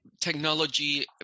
technology